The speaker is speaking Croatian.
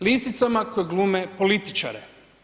Lisicama koji glume političare.